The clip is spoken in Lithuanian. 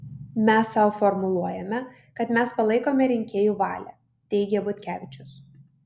mes sau formuluojame kad mes palaikome rinkėjų valią teigė butkevičius